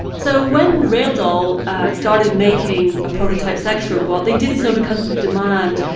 so when realdoll started making a prototype sex robot, they did so because of the demand.